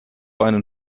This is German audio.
einen